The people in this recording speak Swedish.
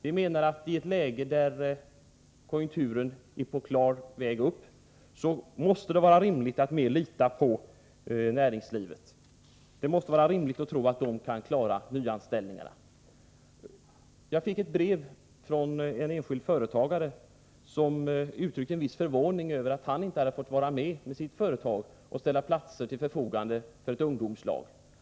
I ett läge där konjunkturen klart är på väg upp menar vi att det måste vara rimligt att mera lita på näringslivet och tro att man där kan klara nyanställningarna. Jag fick ett brev från en enskild företagare som uttryckte en viss förvåning över att han med sitt företag inte hade fått vara med och ställa platser till förfogande för ett ungdomslag.